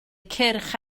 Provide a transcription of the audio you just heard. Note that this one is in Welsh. cyrch